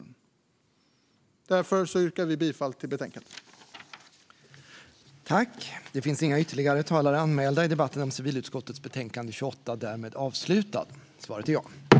Jag yrkar därför bifall till utskottets förslag i betänkandet.